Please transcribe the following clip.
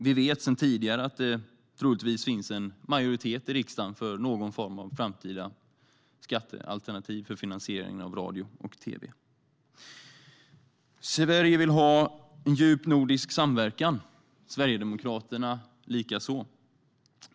Vi vet sedan tidigare att det troligtvis finns en majoritet för någon form av framtida skattealternativ för finansiering av radio och tv.Sverige vill ha en djup nordisk samverkan och Sverigedemokraterna likaså.